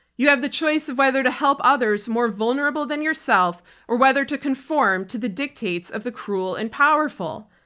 you have the choice of whether to help others more vulnerable than yourself or whether to conform to the dictates of the cruel and powerful.